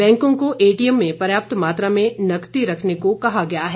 बैंको को एटीएम में पर्याप्त मात्रा में नकदी रखने को कहा गया है